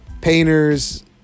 Painters